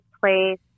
place